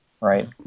right